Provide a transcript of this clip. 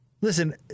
Listen